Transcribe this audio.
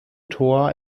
tor